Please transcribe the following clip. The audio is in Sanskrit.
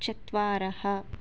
चत्वारः